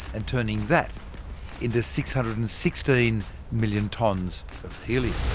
and turning that into six hundred and sixteen million tonnes of helium.